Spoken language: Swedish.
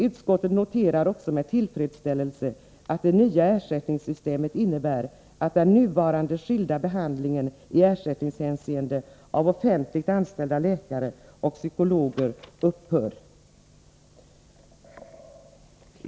Utskottet noterar också med tillfredsställelse att det nya ersättningssystemet innebär att den nuvarande i ersättningshänseende skilda behandlingen av offentligt anställda läkare och psykologer upphör.